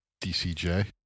DCJ